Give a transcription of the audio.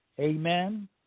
Amen